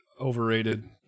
overrated